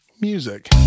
Music